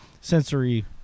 sensory